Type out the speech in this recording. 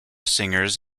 singers